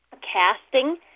casting